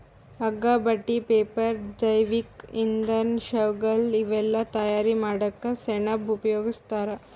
ಹಗ್ಗಾ ಬಟ್ಟಿ ಪೇಪರ್ ಜೈವಿಕ್ ಇಂಧನ್ ಶೂಗಳ್ ಇವೆಲ್ಲಾ ತಯಾರ್ ಮಾಡಕ್ಕ್ ಸೆಣಬ್ ಉಪಯೋಗಸ್ತಾರ್